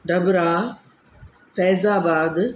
Dabra Faizabad